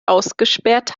ausgesperrt